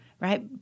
right